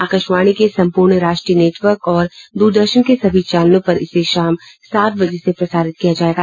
आकाशवाणी के संपूर्ण राष्ट्रीय नेटवर्क और द्रदर्शन के सभी चैनलों पर इसे शाम सात बजे से प्रसारित किया जाएगा